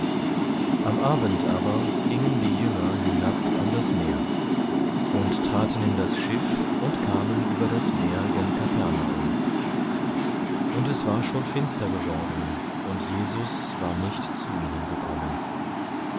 am abend aber gingen die jünger hinab an das meer und traten in das schiff und kamen über das meer gen kapernaum und es war schon finster geworden und jesus war nicht zu ihnen gekommen